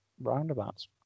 roundabouts